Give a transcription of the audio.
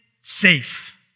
safe